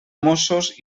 mossos